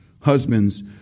Husbands